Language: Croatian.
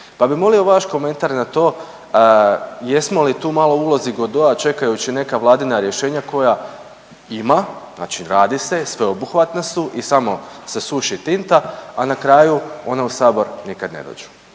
Pa bi molio vaš komentar na to jesmo li tu malo u ulozi Godota čekajući neka vladina rješenja koja ima, znači radi se, sveobuhvatna su i samo se suši tinta, a na kraju ona u sabor nikada ne dođu.